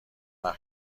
وقت